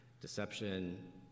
deception